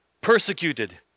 persecuted